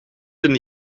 een